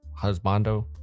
husbando